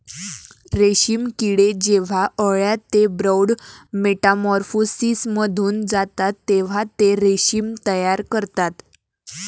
रेशीम किडे जेव्हा अळ्या ते प्रौढ मेटामॉर्फोसिसमधून जातात तेव्हा ते रेशीम तयार करतात